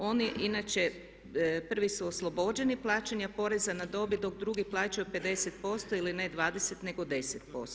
Oni inače prvi su oslobođeni plaćanja poreza na dobit dok drugi plaćaju 50% ili ne 20 nego 10%